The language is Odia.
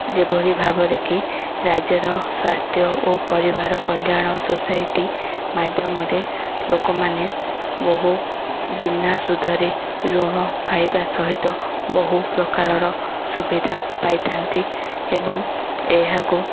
ଯେଉଁଭଳି ଭାବରେ କି ରାଜ୍ୟର ସ୍ୱାସ୍ଥ୍ୟ ଓ ପରିବାର କଲ୍ୟାଣ ସୋସାଇଟି ମାଧ୍ୟମରେ ଲୋକମାନେ ବହୁ ବିନା ସୁଧରେ ଋଣ ପାଇବା ସହିତ ବହୁ ପ୍ରକାରର ସୁବିଧା ପାଇପାରନ୍ତି ଏବଂ ଏହାକୁ